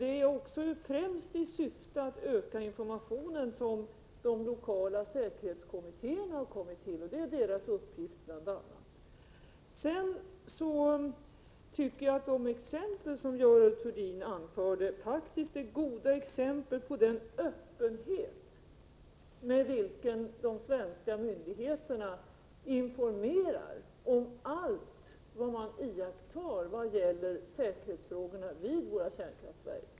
Det är också främst i syfte att öka informationen som de lokala säkerhetskommittéerna har kommit till. Jag vill vidare säga att de exempel som Görel Thurdin anförde faktiskt är goda prov på den öppenhet med vilken de svenska myndigheterna informerar om allt som de iakttar vad gäller säkerhetsfrågorna vid kärnkraftverk.